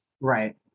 Right